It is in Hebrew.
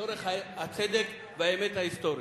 לצורך הצדק והאמת ההיסטורית.